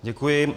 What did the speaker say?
Děkuji.